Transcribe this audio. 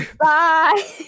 Bye